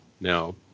Now